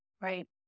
right